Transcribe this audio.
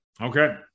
Okay